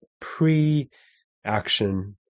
pre-action